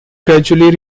gradually